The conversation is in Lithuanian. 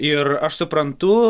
ir aš suprantu